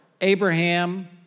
Abraham